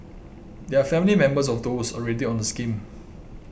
they are family members of those already on the scheme